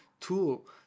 tool